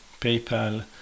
PayPal